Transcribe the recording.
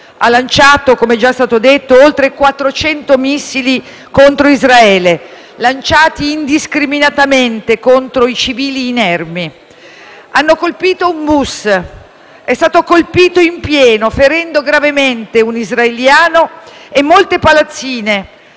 ha lanciato, come è già stato detto, oltre 400 missili contro Israele, lanciati indiscriminatamente contro i civili inermi. Hanno colpito un bus, che è stato preso in pieno, ferendo gravemente un israeliano, e molte palazzine